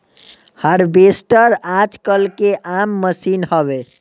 harvester आजकल के आम मसीन हवे